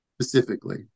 Specifically